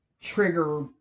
trigger